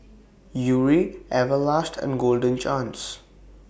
Yuri Everlast and Golden Chance